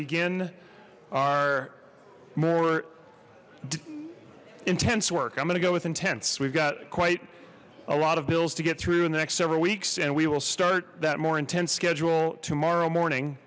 begin our more intense work i'm gonna go with intense we've got quite a lot of bills to get through in the next several weeks and we will start that more intense schedule tomorrow morning